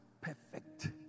perfect